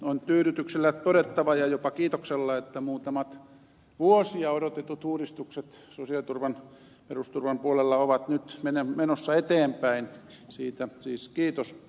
on tyydytyksellä todettava ja jopa kiitoksella että muutamat vuosia odotetut uudistukset sosiaaliturvan perusturvan puolella ovat nyt menossa eteenpäin siitä siis kiitos